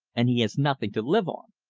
and he has nothing to live on.